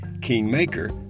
kingmaker